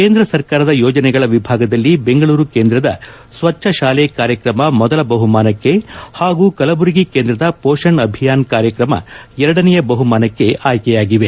ಕೇಂದ್ರ ಸರ್ಕಾರದ ಯೋಜನೆಗಳ ವಿಭಾಗದಲ್ಲಿ ಬೆಂಗಳೂರು ಕೇಂದ್ರದ ಸ್ವಚ್ಯ ಶಾಲೆ ಕಾರ್ಯಕ್ರಮ ಮೊದಲ ಬಹುಮಾನಕ್ಕೆ ಹಾಗೂ ಕಲಬುರಗಿ ಕೇಂದ್ರದ ಮೋಷಣ್ ಅಭಿಯಾನ್ ಕಾರ್ಯಕ್ರಮ ಎರಡನೆಯ ಬಹುಮಾನಕ್ಕೆ ಆಯ್ಕೆಯಾಗಿವೆ